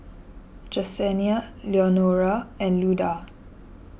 Jesenia Leonora and Luda